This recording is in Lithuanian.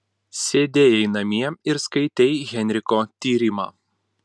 sėdėjai namie ir skaitei henriko tyrimą